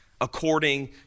according